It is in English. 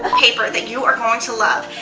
ah paper that you are going to love.